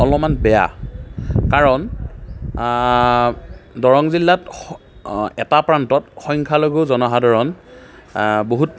অলপমান বেয়া কাৰণ দৰং জিলাত এটা প্ৰান্তত সংখ্যালঘু জনসাধাৰণ বহুত